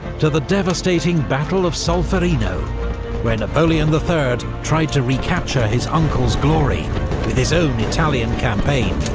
to the devastating battle of solferino where napoleon the third tried to recapture his uncle's glory with his own italian campaign,